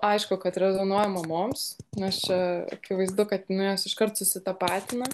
aišku kad rezonuoja mamoms nes čia akivaizdu kad nu jos iškart susitapatina